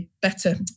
better